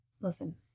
Listen